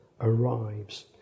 arrives